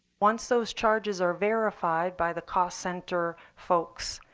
once those charges are verified by the cost center folks,